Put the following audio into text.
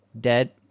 dead